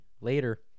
Later